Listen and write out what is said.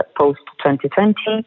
post-2020